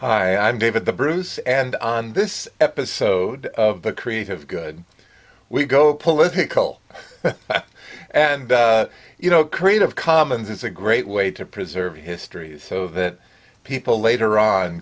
hi i'm david the brews and on this episode of the creative good we go political and you know creative commons is a great way to preserve histories of it people later on